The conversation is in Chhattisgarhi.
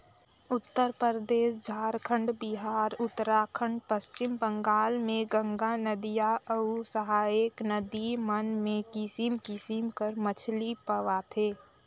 उत्तरपरदेस, झारखंड, बिहार, उत्तराखंड, पच्छिम बंगाल में गंगा नदिया अउ सहाएक नदी मन में किसिम किसिम कर मछरी पवाथे